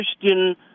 Christian